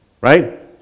Right